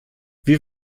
wir